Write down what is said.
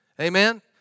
Amen